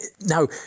Now